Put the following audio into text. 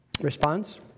response